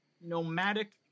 nomadic